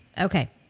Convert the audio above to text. Okay